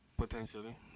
Potentially